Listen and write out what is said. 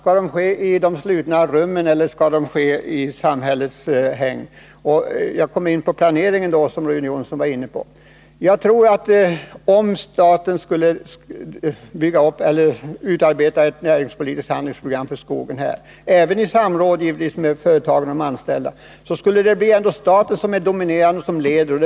Skall de fattas i de slutna rummen eller i samhällets hägn? Jag kommer därmed in på planeringen, som Rune Jonsson var inne på. Om staten skulle utarbeta ett näringspolitiskt handlingsprogram för skogen i samråd med företagen och de anställda, skulle staten bli den dominerande och ledande parten.